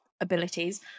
abilities